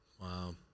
wow